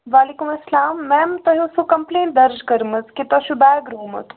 وعلیکُم اسلام میم تۄہہِ اوسوٕ کَمپُلینٛٹ دَرج کٔرمٕژ کہِ تۄہہِ چھُو بیگ روومُت